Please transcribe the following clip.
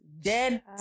dead